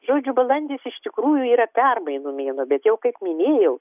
žodžiu balandis iš tikrųjų yra permainų mėnuo bet jau kaip minėjau